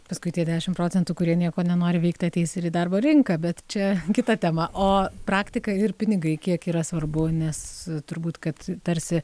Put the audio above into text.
paskui tie dešim procentų kurie nieko nenori veikti ateis ir į darbo rinką bet čia kita tema o praktika ir pinigai kiek yra svarbu nes turbūt kad tarsi